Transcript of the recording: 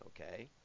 okay